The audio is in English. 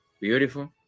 beautiful